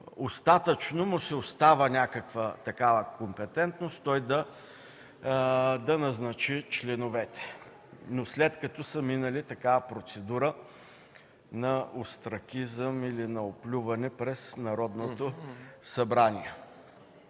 остатъчно му се оставя някаква такава компетентност – той да назначи членовете, но след като са минали такава процедура на остракизъм или на оплюване през Народното събрание